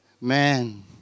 man